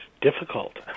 difficult